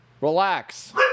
Relax